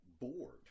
bored